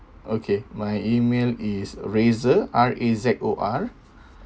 okay my email is razor R A Z O R